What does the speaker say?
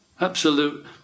Absolute